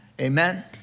amen